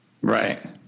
right